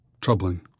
troubling